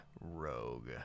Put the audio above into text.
rogue